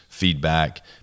feedback